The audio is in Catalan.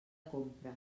compra